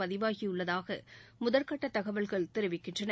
பதிவாகியுள்ளதாக முதல் கட்ட தகவல்கள் தெரிவிக்கின்றன